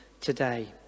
today